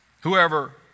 Whoever